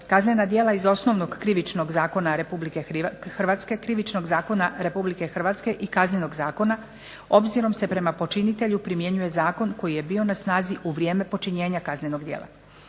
kaznena djela iz Osnovnog krivičnog zakona Republike Hrvatske, Krivičnog zakona Republike Hrvatske i Kaznenog zakona, obzirom se prema počinitelju primjenjuje zakon koji je bio na snazi u vrijeme počinjenja kaznenog djela,